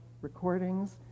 recordings